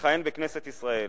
לכהן בכנסת ישראל.